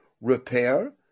repair